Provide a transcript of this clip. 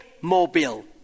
mobile